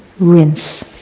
rinse.